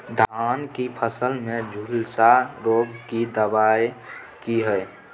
धान की फसल में झुलसा रोग की दबाय की हय?